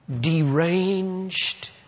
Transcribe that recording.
deranged